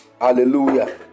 Hallelujah